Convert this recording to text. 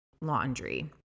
laundry